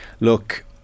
look